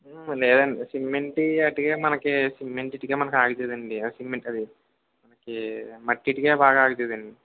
లేదండి సిమెంట్ ఇటికి మనకి సిమెంట్ ఇటిక మనకి ఆగుతుందండి సిమెంట్ అది మనకి మట్టి ఇటికే బాగా ఆగుతుందండి